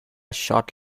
short